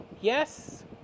yes